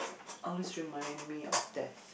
always remind me of death